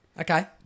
Okay